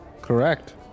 correct